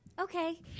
Okay